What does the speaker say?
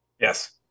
Yes